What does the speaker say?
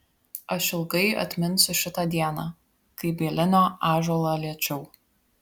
aš ilgai atminsiu šitą dieną kai bielinio ąžuolą liečiau